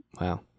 Wow